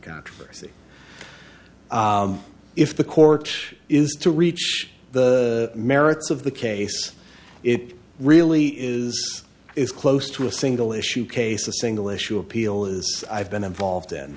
controversy if the court is to reach the merits of the case it really is is close to a single issue case a single issue appeal is i've been involved in